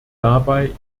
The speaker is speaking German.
dabei